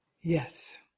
Yes